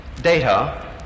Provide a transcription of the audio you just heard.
data